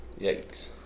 Yikes